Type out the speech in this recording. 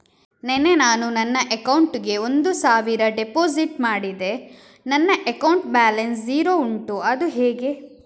ನಿನ್ನೆ ನಾನು ನನ್ನ ಅಕೌಂಟಿಗೆ ಒಂದು ಸಾವಿರ ಡೆಪೋಸಿಟ್ ಮಾಡಿದೆ ನನ್ನ ಅಕೌಂಟ್ ಬ್ಯಾಲೆನ್ಸ್ ಝೀರೋ ಉಂಟು ಅದು ಹೇಗೆ?